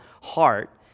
heart